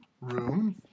room